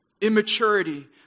immaturity